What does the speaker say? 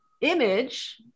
image